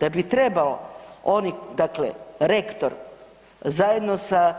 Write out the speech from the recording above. Da bi trebalo, oni dakle, rektor, zajedno sa